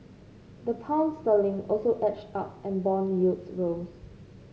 the Pound sterling also edged up and bond yields rose